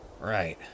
Right